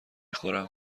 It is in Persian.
خورم